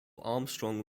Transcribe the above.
armstrong